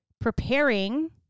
preparing